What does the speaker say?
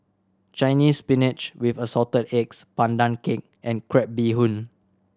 Chinese Spinach with Assorted Eggs Pandan Cake and crab bee hoon